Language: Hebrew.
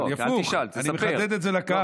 הפוך, אני מחדד את זה לקהל.